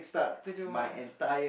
to do what